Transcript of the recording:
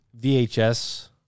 VHS